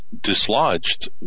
dislodged